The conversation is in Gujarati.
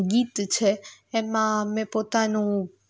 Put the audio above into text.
ગીત છે એમાં મેં પોતાનું